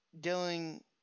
dealing